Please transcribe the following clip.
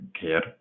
care